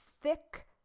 thick